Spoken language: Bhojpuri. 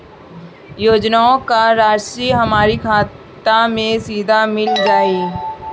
योजनाओं का राशि हमारी खाता मे सीधा मिल जाई?